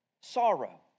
sorrow